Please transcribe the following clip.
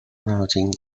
routing